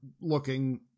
looking